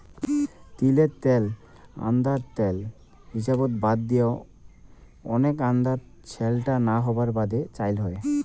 তিলের ত্যাল আন্দার ত্যাল হিসাবত বাদ দিয়াও, ওনেক আন্দাত স্যালটা না হবার বাদে চইল হই